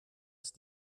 ist